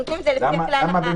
למה זה אירוע אחד?